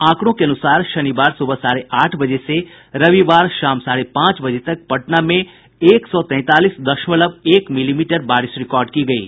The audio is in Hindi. आंकड़ों के अनुसार शनिवार सुबह साढ़े आठ बजे से रविवार शाम साढ़े पांच बजे तक पटना में एक सौ तैंतालीस दशमलव एक मिलीमीटर बारिश रिकॉर्ड की गयी